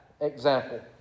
example